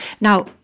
Now